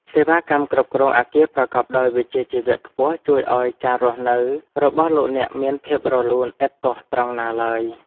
សេវាកម្មគ្រប់គ្រងអគារប្រកបដោយវិជ្ជាជីវៈខ្ពស់ជួយឱ្យការរស់នៅរបស់លោកអ្នកមានភាពរលូនឥតទាស់ត្រង់ណាឡើយ។